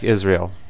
Israel